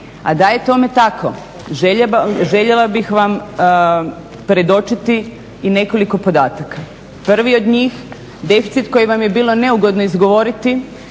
A da je tome tako željela bih vam predočiti i nekoliko podataka, prvi od njih deficit koji vam je bilo neugodno izgovoriti